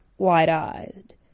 wide-eyed